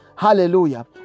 Hallelujah